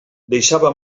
deixava